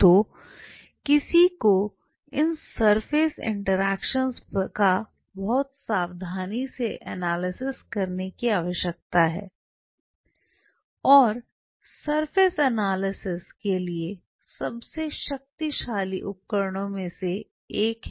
तो किसी को इन सरफेस इंटरैक्शन का बहुत सावधानी से एनालिसिस करने की आवश्यकता है और सरफेस एनालिसिस के लिए सबसे शक्तिशाली उपकरणों में से एक है